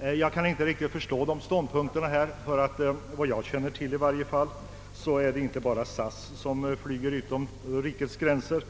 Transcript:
Jag kan inte riktigt förstå detta, ty enligt vad jag känner till är det inte bara SAS som flyger utom rikets gränser.